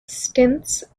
stints